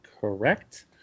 correct